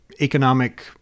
economic